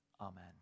amen